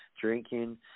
Drinking